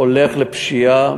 הולך לפשיעה,